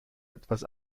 etwas